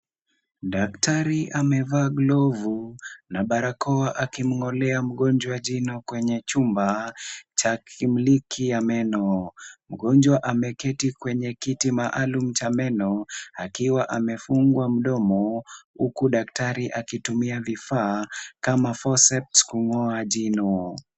Daktari amevaa glovu na barakoa akimung'olea mgonjwa jino kwenye chumba cha kliniki ya meno. Mgonjwa ameketi kwenye kiti maalum cha meno akiwa amefungwa mdomo huku daktari akitumia vifaa kama forceps kung'oa jino.